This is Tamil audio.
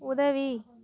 உதவி